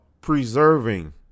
preserving